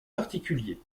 particulier